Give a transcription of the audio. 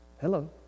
Hello